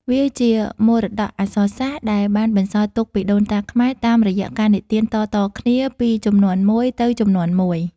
វាជាមរតកអក្សរសាស្ត្រដែលបានបន្សល់ទុកពីដូនតាខ្មែរតាមរយៈការនិទានតៗគ្នាពីជំនាន់មួយទៅជំនាន់មួយ។